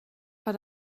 per